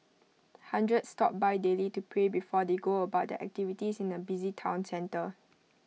hundreds stop by daily to pray before they go about their activities in the busy Town centre